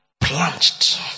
Plunged